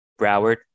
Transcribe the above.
Broward